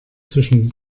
zwischen